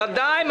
ודאי.